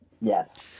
Yes